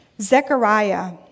Zechariah